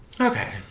Okay